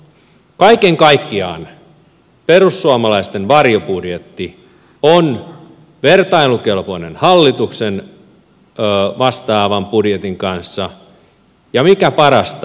kaiken kaikkiaan perussuomalaisten varjobudjetti on vertailukelpoinen hallituksen vastaavan budjetin kanssa ja mikä parasta